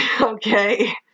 okay